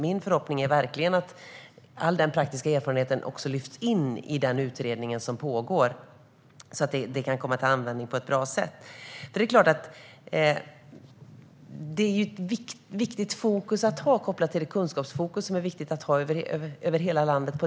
Min förhoppning är därför att all denna praktiska erfarenhet också lyfts in i den utredning som pågår och kan komma till användning på ett bra sätt. Det är klart att detta ska kopplas till det kunskapsfokus som är viktigt att ha över hela landet.